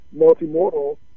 multimodal